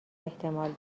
احتمال